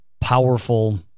powerful